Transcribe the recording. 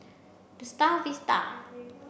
the Star Vista